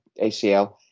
ACL